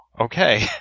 okay